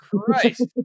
Christ